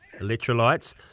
Electrolytes